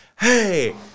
hey